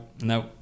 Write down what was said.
No